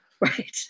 Right